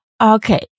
Okay